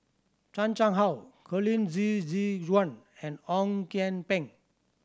Chan Chang How Colin Zhe Zhe Quan and Ong Kian Peng